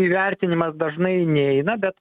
įvertinimas dažnai neina bet